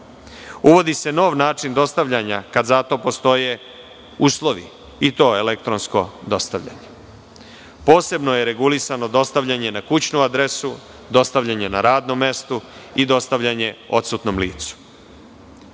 Uvodi se nov način dostavljanja, kada za to postoje uslovi, i to elektronsko dostavljanje. Posebno je regulisano dostavljanje na kućnu adresu, dostavljanje na radnom mestu i dostavljanje odsutnom licu. Jedna